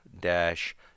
dash